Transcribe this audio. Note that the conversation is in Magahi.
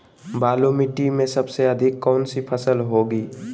बालू मिट्टी में सबसे अधिक कौन सी फसल होगी?